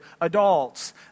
adults